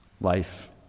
Life